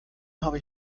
habe